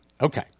Okay